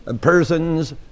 persons